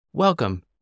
Welcome